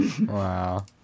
Wow